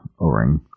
O-Ring